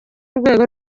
rwego